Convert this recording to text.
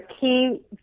key